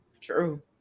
True